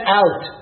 out